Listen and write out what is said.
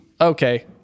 okay